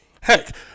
heck